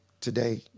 today